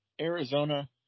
Arizona